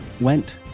went